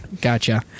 Gotcha